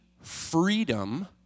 freedom